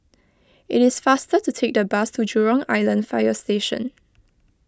it is faster to take the bus to Jurong Island Fire Station